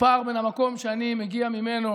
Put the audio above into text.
הפער בין המקום שאני מגיע ממנו